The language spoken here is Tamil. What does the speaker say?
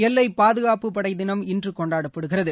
எல்லை பாதுகாப்புப் படை தினம் இன்று கொண்டாடப்படுகிறது